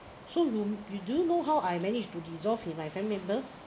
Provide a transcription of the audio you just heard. so whom do you know how I managed to resolve my family member